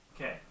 Okay